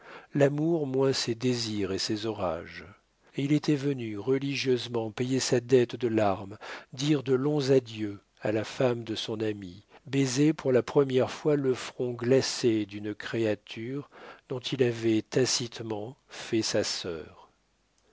l'amour moins ses désirs et ses orages et il était venu religieusement payer sa dette de larmes dire de longs adieux à la femme de son ami baiser pour la première fois le front glacé d'une créature dont il avait tacitement fait sa sœur